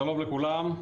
שלום לכולם.